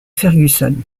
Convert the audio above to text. ferguson